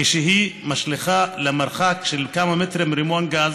כשהיא משליכה למרחק של כמה מטרים רימון גז